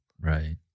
Right